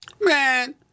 Man